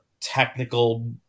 technical